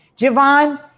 Javon